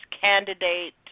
candidate